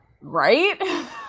Right